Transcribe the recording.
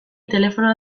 telefonoa